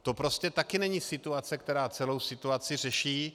To prostě taky není situace, která celou situaci řeší.